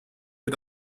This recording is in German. mir